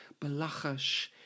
balachash